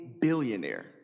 billionaire